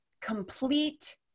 complete